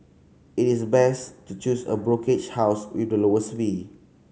it is best to choose a brokerage house with the lowest fee